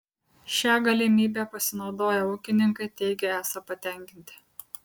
šia galimybe pasinaudoję ūkininkai teigia esą patenkinti